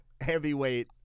heavyweight